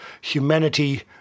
humanity